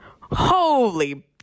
holy